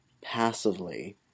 passively